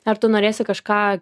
ar tu norėsi kažką